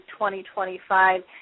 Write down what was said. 2025